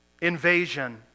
invasion